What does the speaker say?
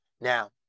Now